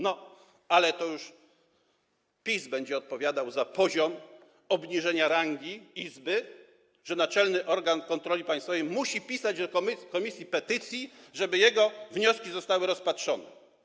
No, ale to już PiS będzie odpowiadał za ten poziom, za obniżenie rangi Izby do tego stopnia, że naczelny organ kontroli państwowej musi pisać do komisji petycji, żeby jego wnioski zostały rozpatrzone.